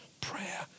Prayer